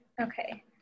Okay